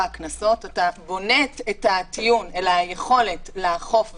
הקנסות אתה בונה את הטיעון אלא היכולת לאכוף והסמכות.